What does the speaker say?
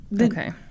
Okay